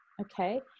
okay